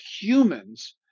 humans